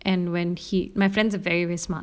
and when he my friends are very very smart